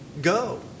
go